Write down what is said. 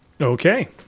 Okay